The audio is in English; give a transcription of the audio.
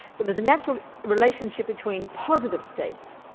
but there's a natural relationship between positive states